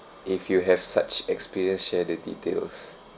if you have such experience share the details